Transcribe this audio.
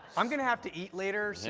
i'm going to have to eat later.